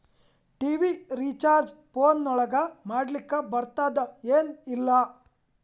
TV recharge phone ಒಳಗ ಮಾಡ್ಲಿಕ್ ಬರ್ತಾದ ಏನ್ ಇಲ್ಲ?